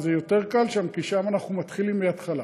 וזה יותר קל שם, כי שם אנחנו מתחילים מההתחלה.